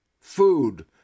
food